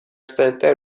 سنتر